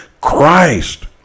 Christ